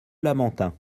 lamentin